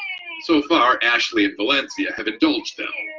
so far, ashleigh and valencia have indulged them,